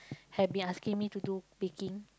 have been asking me to do baking